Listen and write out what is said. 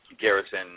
garrison